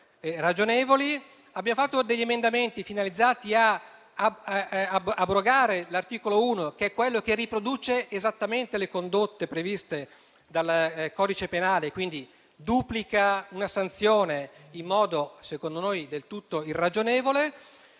abbiamo presentato degli emendamenti finalizzati ad abrogare l'articolo 1, che riproduce esattamente le condotte previste dal codice penale, duplicando una sanzione in modo secondo noi del tutto irragionevole.